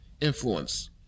influence